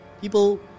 people